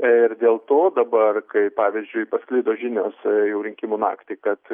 ir dėl to dabar kai pavyzdžiui pasklido žinios jau rinkimų naktį kad